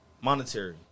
monetary